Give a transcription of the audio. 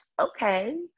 okay